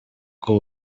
bw’u